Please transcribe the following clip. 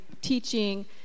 teaching